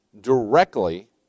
directly